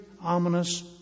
ominous